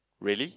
really